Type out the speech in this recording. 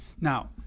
Now